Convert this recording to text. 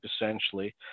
essentially